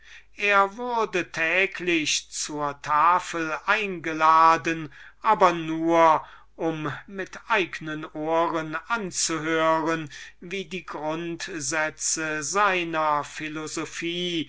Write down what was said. er wurde täglich zur tafel eingeladen aber nur um mit eignen ohren anzuhören wie die grundsätze seiner philosophie